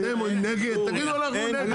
אתם נגד, תגידו אנחנו נגד .